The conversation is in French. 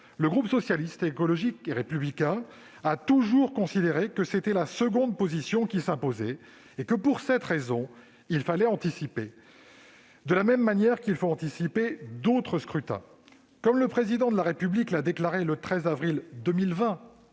Le groupe Socialiste, Écologiste et Républicain a toujours considéré que la seconde position s'imposait et que, pour cette raison, il fallait anticiper, de la même manière qu'il faut anticiper d'autres scrutins. Comme le Président de la République l'a déclaré le 13 avril 2020-